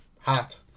hot